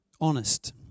honest